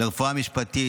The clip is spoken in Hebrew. לרפואה משפטית,